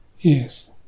Yes